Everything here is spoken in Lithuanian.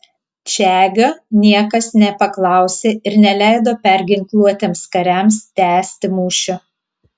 čegio niekas nepaklausė ir neleido perginkluotiems kariams tęsti mūšio